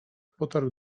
potarł